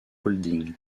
holdings